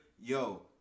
Yo